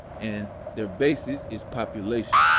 and their basis is population.